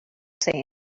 say